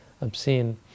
obscene